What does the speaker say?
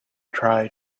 try